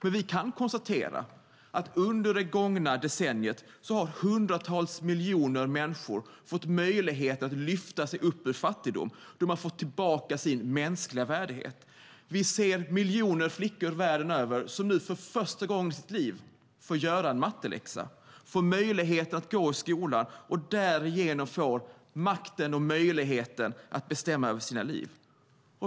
Vi kan dock konstatera att under det gångna decenniet har hundratals miljoner människor fått möjlighet att lyfta sig ur fattigdom och få tillbaka sin mänskliga värdighet. Vi ser miljoner flickor världen över som nu för första gången i sitt liv får göra en matteläxa, får möjlighet att gå i skolan och därigenom får makt och möjlighet att bestämma över sitt liv.